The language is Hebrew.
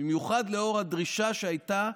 במיוחד לאור הדרישה שהייתה,